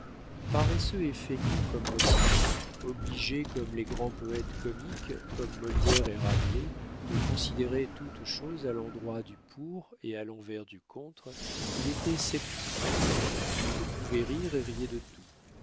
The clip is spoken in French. paresseux et fécond comme rossini obligé comme les grands poètes comiques comme molière et rabelais de considérer toute chose à l'endroit du pour et à l'envers du contre il était sceptique il pouvait rire et riait de tout